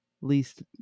least